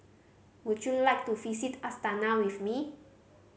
would you like to visit Astana with me